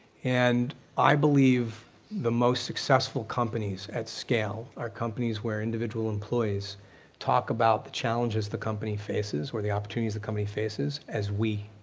and i believe the most successful companies at scale are companies where individual employees talk about the challenges the company faces or the opportunities the company faces as we